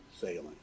sailing